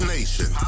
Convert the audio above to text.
Nation